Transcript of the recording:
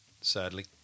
Sadly